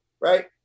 right